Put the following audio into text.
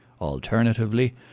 Alternatively